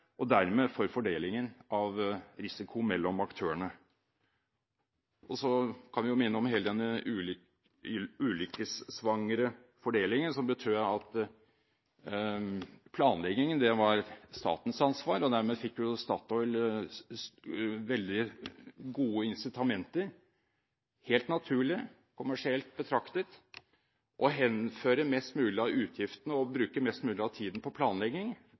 og dermed for fordelingen av risiko mellom aktørene. Vi kan jo minne om hele denne ulykksalige fordelingen, som betød at planleggingen var statens ansvar. Dermed fikk Statoil veldig gode incitamenter – helt naturlig, kommersielt betraktet – til å henføre mest mulig av utgiftene og bruke mest mulig av tiden på planlegging,